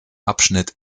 abschnitt